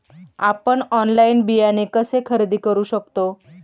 आपण ऑनलाइन बियाणे कसे खरेदी करू शकतो?